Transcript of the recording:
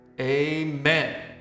amen